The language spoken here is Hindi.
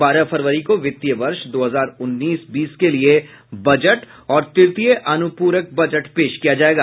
बारह फरवरी को वित्तीय वर्ष दो हजार उन्नीस बीस के लिए बजट और तृतीय अनुपूरक बजट पेश किया जायेगा